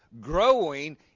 growing